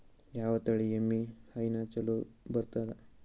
ಯಾವ ತಳಿ ಎಮ್ಮಿ ಹೈನ ಚಲೋ ಬರ್ತದ?